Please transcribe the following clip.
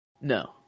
No